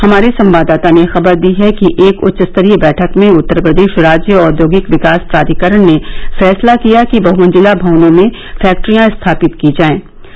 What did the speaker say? हमारे संवाददाता ने खबर दी है कि एक उच्चस्तरीय बैठक में उत्तर प्रदेश राज्य औद्योगिक विकास प्राधिकरण ने फैसला किया कि बहमंजिला भवनों में फैक्टरियां स्थापित की जाएंगी